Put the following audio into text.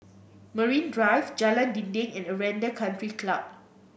Marine Drive Jalan Dinding and Aranda Country Club